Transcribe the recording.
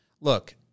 look